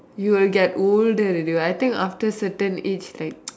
you will get older already what I think after certain age like